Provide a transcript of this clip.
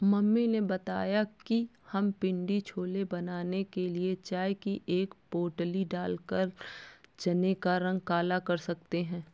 mummy ने बताया कि हम पिण्डी छोले बनाने के लिए चाय की एक पोटली डालकर चने का रंग काला कर सकते हैं